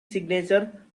signature